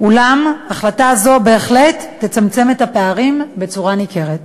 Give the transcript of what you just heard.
אולם החלטה זו בהחלט תצמצם את הפערים במידה ניכרת.